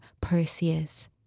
Perseus